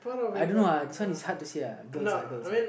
I don't know lah this one is hard to say lah girls uh girls uh